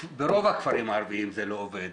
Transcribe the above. ברוב הכפרים הערביים זה לא עובד.